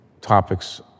topics